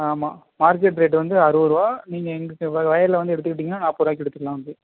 ஆமாம் market rate வந்து அறுபது ரூபா நீங்கள் எங்கள் வயலில் வந்து எடுத்துக்கிட்டிங்கனால் நாற்பது ரூபாய்க்கு எடுத்துக்கலாம் வந்து